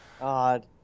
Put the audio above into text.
God